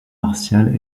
martial